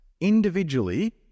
individually